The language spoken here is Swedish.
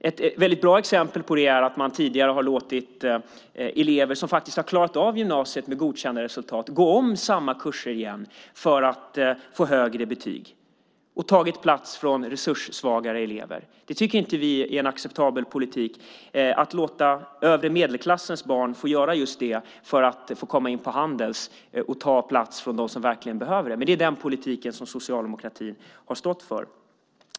Ett bra exempel på det är att man tidigare har låtit elever som faktiskt har klarat av gymnasiet med godkända resultat gå om samma kurser igen för att få högre betyg. De har tagit plats från resurssvagare elever. Vi tycker inte att det är en acceptabel politik att låta övre medelklassens barn få göra det för att få komma in på Handels och ta plats från dem som verkligen behöver det. Men det är den politik som socialdemokratin har stått för.